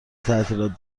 تعطیلات